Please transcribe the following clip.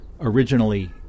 originally